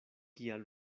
kial